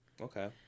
Okay